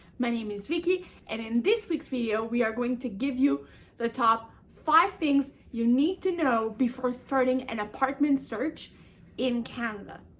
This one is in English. my name is vicky and in this week's video, we are going to give you the top five things you need to know before starting an apartment search in canada.